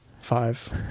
Five